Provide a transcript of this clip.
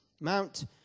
Mount